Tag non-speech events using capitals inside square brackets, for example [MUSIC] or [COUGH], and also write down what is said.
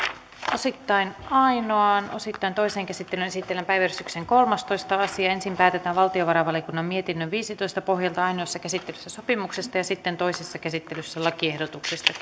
osittain ainoaan osittain toiseen käsittelyyn esitellään päiväjärjestyksen kolmastoista asia ensin päätetään valtiovarainvaliokunnan mietinnön viisitoista pohjalta ainoassa käsittelyssä sopimuksesta ja sitten toisessa käsittelyssä lakiehdotuksesta [UNINTELLIGIBLE]